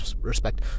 respect